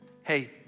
hey